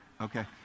Okay